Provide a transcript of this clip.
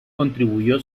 contribuyó